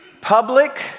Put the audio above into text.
Public